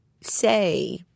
say